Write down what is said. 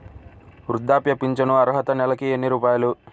వృద్ధాప్య ఫింఛను అర్హత నెలకి ఎన్ని రూపాయలు?